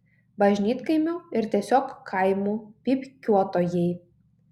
bažnytkaimių ir tiesiog kaimų pypkiuotojai